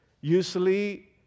usually